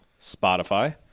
Spotify